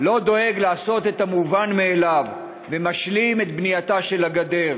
לא דואג לעשות את המובן מאליו ומשלים את בנייתה של הגדר?